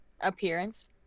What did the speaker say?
appearance